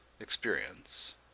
experience